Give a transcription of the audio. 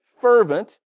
Fervent